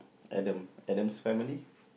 Adam Adam's Family